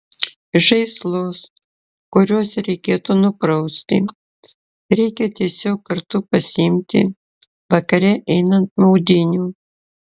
žaislus kuriuos reikėtų nuprausti reikia tiesiog kartu pasiimti vakare einant maudynių